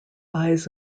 eyes